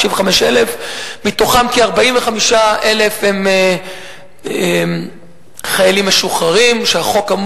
ומתוכם כ-45,000 הם חיילים משוחררים שהחוק,